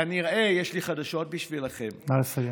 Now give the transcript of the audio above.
כנראה יש לי חדשות בשבילכם, נא לסיים.